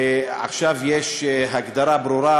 ועכשיו יש הגדרה ברורה.